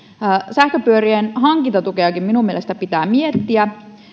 sähköpyörien hankintatukeakin pitää minun mielestäni miettiä